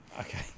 okay